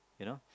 you know